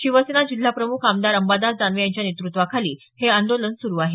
शिवसेना जिल्हाप्रमुख आमदार अंबादास दानवे यांच्या नेत्रत्वाखाली हे आदोलन सुरु आहे